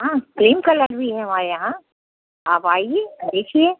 हाँ same colour भी है हमारे यहाँ आप आइए देखिए